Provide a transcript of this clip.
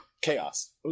chaos